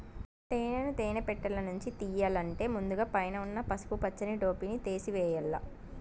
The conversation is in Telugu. తేనెను తేనె పెట్టలనుంచి తియ్యల్లంటే ముందుగ పైన ఉన్న పసుపు పచ్చని టోపిని తేసివేయల్ల